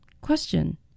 Question